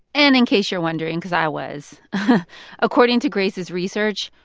and in case you're wondering because i was according to grace's research,